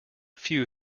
few